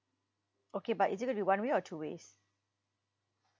okay but is it going to be one way or two ways